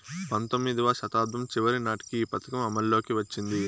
పంతొమ్మిదివ శతాబ్దం చివరి నాటికి ఈ పథకం అమల్లోకి వచ్చింది